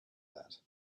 that